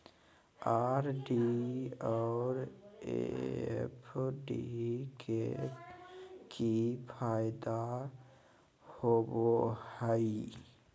RD और FD के की फायदा होबो हइ?